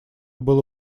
было